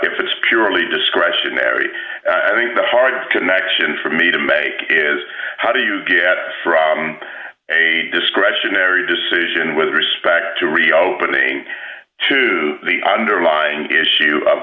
if it's purely discretionary i think the hardest connection for me to make is how do you get a discretionary decision with respect to reopening to the underlying issue of